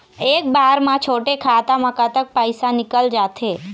एक बार म छोटे खाता म कतक पैसा निकल जाथे?